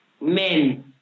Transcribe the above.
men